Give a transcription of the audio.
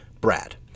Brad